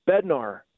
Bednar